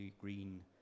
green